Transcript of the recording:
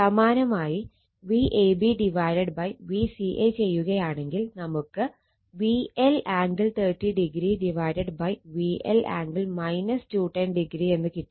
സമാനമായി Vab Vca ചെയ്യുകയാണെങ്കിൽ നമുക്ക് VL angle 30o VL angle 210o എന്ന് കിട്ടും